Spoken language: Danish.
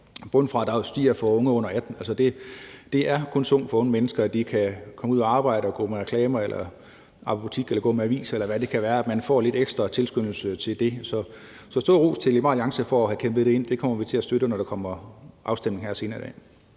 bundfradraget skal stige for unge under 18. Det er kun sundt for unge mennesker, at de kan komme ud at arbejde – gå med reklamer, arbejde i butik eller gå med aviser, eller hvad det kan være – og det er kun godt, at man får lidt ekstra tilskyndelse til det. Så stor ros til Liberal Alliance for at have kæmpet det ind. Det kommer vi til at støtte, når der kommer en afstemning her senere i dag.